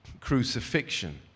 crucifixion